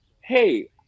hey